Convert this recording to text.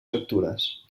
factures